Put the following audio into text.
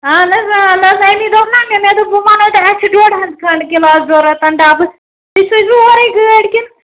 اَہن حظ آ نہ حظ اَمے دوٚپ نا مےٚ مےٚ دوٚپ بہٕ وَنہو تۄہہِ اَسہِ چھُ ڈۄڈ ہَتھ کھَنٛڈ کِلاس ضرورَت ڈَبہٕ تُہۍ سوٗزوٕ اورَے گٲڑۍ کِنہٕ